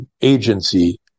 agency